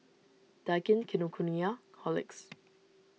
Daikin Kinokuniya Horlicks